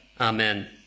Amen